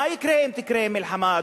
מה יקרה אם תקרה מלחמה,